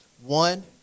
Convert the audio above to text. One